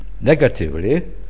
negatively